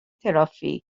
ترافیک